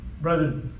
Brother